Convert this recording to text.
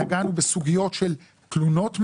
נגענו בסוגיות של תלונות מהציבור.